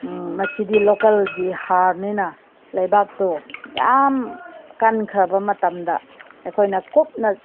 ꯃꯁꯤꯗꯤ ꯂꯣꯀꯦꯜꯒꯤ ꯍꯥꯔꯅꯤꯅ ꯂꯩꯕꯥꯛꯇꯣ ꯂꯩꯕꯥꯛ ꯌꯥꯝ ꯀꯟꯈ꯭ꯔꯕ ꯃꯇꯝꯗ ꯑꯩꯈꯣꯏꯅ ꯀꯨꯞꯅ